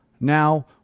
Now